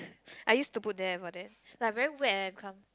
I used to put there but then like very wet eh it become